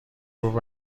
گفت